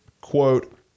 quote